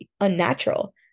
unnatural